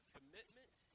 Commitment